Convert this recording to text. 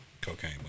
Cocaine